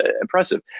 impressive